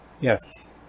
yes